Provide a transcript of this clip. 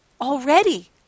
already